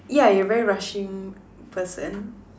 ya you very rushing person